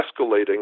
escalating